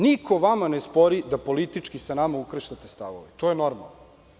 Niko vama ne spori da politički sa nama ukrštate stavove, to je normalno.